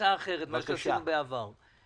אנחנו מוציאים את העמותה מספר 19 עד שארז אורעד יבדוק,